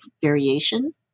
variation